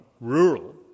rural